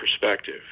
perspective